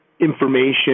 information